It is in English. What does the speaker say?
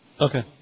Okay